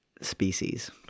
species